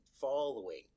following